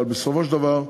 אבל בסופו של דבר,